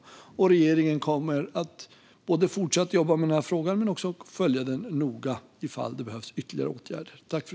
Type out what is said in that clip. Regeringen kommer att både fortsätta jobba med frågan och följa den noga för att se ifall det behövs ytterligare åtgärder.